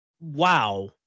wow